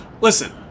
Listen